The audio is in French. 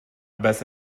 basse